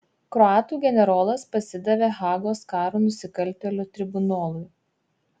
kroatų generolas pasidavė hagos karo nusikaltėlių tribunolui